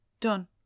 done